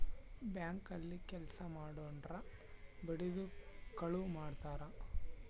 bank ಅಲ್ಲಿ ಕೆಲ್ಸ ಮಾಡೊರ್ನ ಬಡಿದು ಕಳುವ್ ಮಾಡ್ತಾರ